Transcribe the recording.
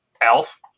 Elf